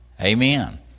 amen